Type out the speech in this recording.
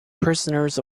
prisoners